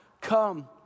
come